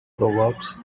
proverbs